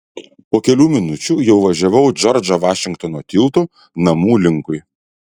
po kelių minučių jau važiavau džordžo vašingtono tiltu namų linkui